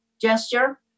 gesture